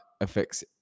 affects